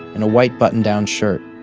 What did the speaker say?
in a white button-down shirt,